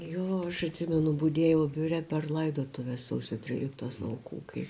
jo aš atsimenu budėjau biure per laidotuves sausio tryliktos aukų kai